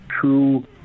true